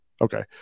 Okay